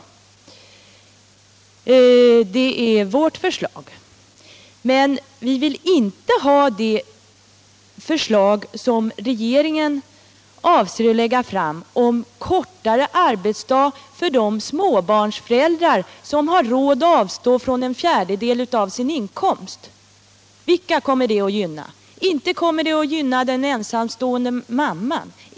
Vårt förslag innebär en allmän arbetstidsförkortning, men vi vill inte ha det förslag genomfört som regeringen avser att lägga fram om kortare arbetsdag för de småbarnsföräldrar som har råd att avstå från en fjärdedel av sin inkomst! Vilka kommer det att gynna? Inte kommer det att gynna den ensamstående mamman.